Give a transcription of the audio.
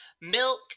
Milk